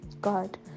god